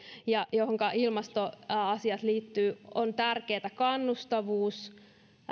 johonka ilmastoasiat liittyvät on tärkeätä kannustavuus